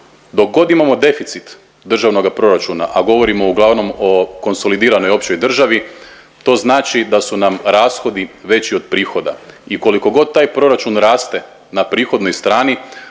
Dok god imamo deficit državnoga proračuna, a govorimo uglavnom o konsolidiranoj općoj državi to znači da su nam rashodi veći od prihoda i koliko god taj proračun raste na prihodnoj strani